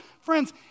Friends